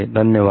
धन्यवाद